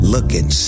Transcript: Looking